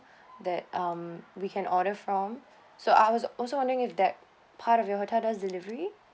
that um we can order from so I was also wondering if that part of your hootel does delivery